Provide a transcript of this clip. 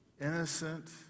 Innocent